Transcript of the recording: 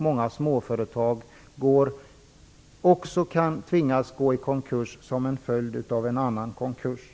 Många småföretag kan tvingas gå i konkurs som en följd av en annan konkurs.